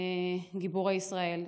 גיבורי ישראל.